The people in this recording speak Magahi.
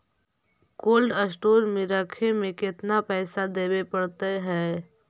कोल्ड स्टोर में रखे में केतना पैसा देवे पड़तै है?